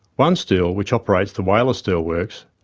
onesteel, which operates the whyalla steelworks,